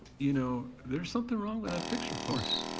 you know, there's something wrong with that picture for us.